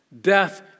Death